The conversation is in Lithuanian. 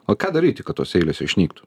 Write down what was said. o ką daryti kad tos eilės išnyktų